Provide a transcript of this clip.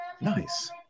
Nice